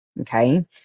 okay